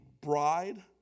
bride